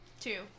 Two